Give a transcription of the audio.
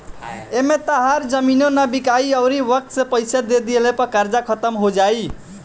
एमें तहार जमीनो ना बिकाइ अउरी वक्त से पइसा दे दिला पे कर्जा खात्मो हो जाई